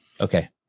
Okay